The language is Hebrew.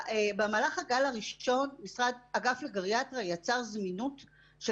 במהלך הגל הראשון אגף לגריאטריה יצר זמינות של